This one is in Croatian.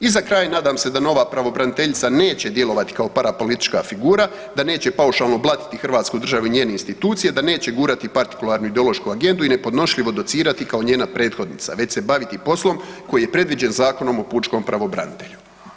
I za kraj, nadam se da nova Pravobraniteljica neće djelovati kao parapolitička figura, da neće paušalno blatiti Hrvatsku državu i njene institucije, da neće gurati partikularnu ideološku agendu i nepodnošljivo docirati kao njena prethodnica, već se baviti poslom koji je predviđen Zakonom o Pučkom pravobranitelju.